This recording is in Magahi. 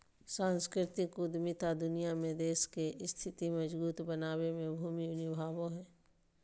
सांस्कृतिक उद्यमिता दुनिया में देश के स्थिति मजबूत बनाबे में भूमिका निभाबो हय